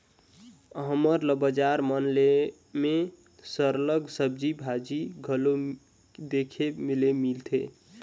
हमन ल बजार मन में सरलग सब्जी भाजी घलो देखे ले मिलथे